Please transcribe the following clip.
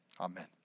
Amen